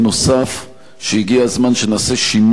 שהגיע הזמן שנעשה שינוי יסודי במערכת